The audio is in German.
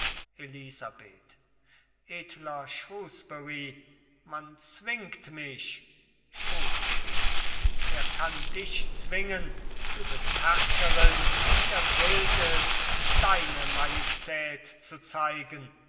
elisabeth edler shrewsbury man zwingt mich shrewsbury wer kann dich zwingen du bist herrscherin hier gilt es deine majestät zu zeigen